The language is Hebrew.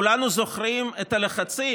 כולנו זוכרים את הלחצים.